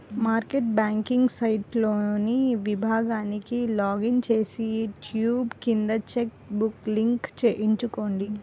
internet banking సైట్లోని విభాగానికి login చేసి, ట్యాబ్ కింద చెక్ బుక్ లింక్ ఎంచుకోండి